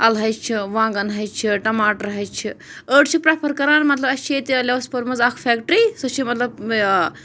اَلہٕ ہَچہِ چھِ وانٛگَن ہَچہِ چھِ ٹماٹر ہَچہِ چھِ أڑۍ چھِ پرٛٮ۪فَر کَران مطلب اَسہِ چھِ ییٚتہِ لِوَس پورِ منٛز اَکھ فٮ۪کٹِرٛی سُہ چھِ مطلب